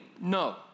No